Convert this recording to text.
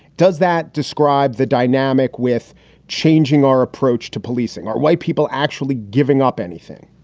does that describe the dynamic with changing our approach to policing or white people actually giving up anything?